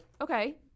Okay